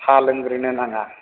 सा लोंग्रोनो नाङा